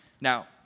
Now